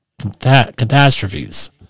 Catastrophes